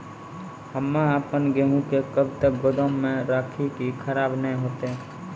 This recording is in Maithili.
हम्मे आपन गेहूँ के कब तक गोदाम मे राखी कि खराब न हते?